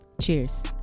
Cheers